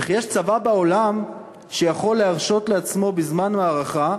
וכי יש צבא בעולם שיכול להרשות לעצמו בזמן מערכה,